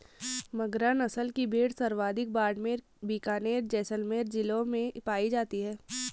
मगरा नस्ल की भेड़ सर्वाधिक बाड़मेर, बीकानेर, जैसलमेर जिलों में पाई जाती है